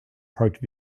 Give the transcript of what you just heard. parked